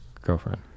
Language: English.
girlfriend